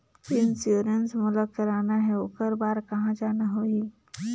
Insurance मोला कराना हे ओकर बार कहा जाना होही?